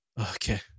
Okay